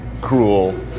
cruel